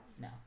No